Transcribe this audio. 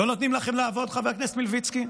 לא נותנים לכם לעבוד, חבר הכנסת מלביצקי?